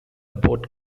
boat